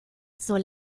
soll